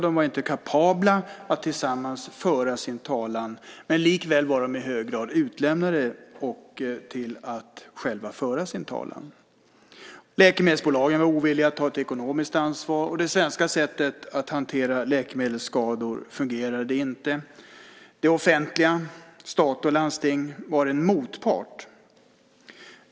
De var inte kapabla att tillsammans föra sin talan, men likväl var de i hög grad utlämnade till att själva föra sin talan. Läkemedelsbolagen var ovilliga att ta ett ekonomiskt ansvar, och det svenska sättet att hantera läkemedelsskador fungerade inte. Det offentliga, stat och landsting, var en motpart.